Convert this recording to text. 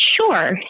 Sure